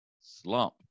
slump